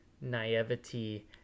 naivety